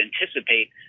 anticipate